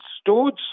stored